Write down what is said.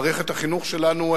מערכת החינוך שלנו,